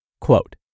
Quote